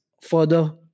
further